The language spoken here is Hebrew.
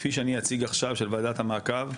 כפי שאני אציג עכשיו של ועדת המעקב,